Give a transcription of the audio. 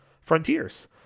Frontiers